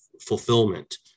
fulfillment